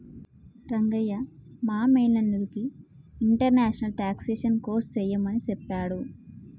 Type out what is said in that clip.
రంగయ్య మా మేనల్లుడికి international taxation course సెయ్యమని సెప్పాడు